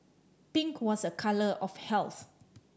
pink was a colour of health